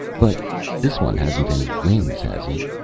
but this one hasn't any wings, has he?